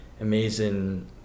amazing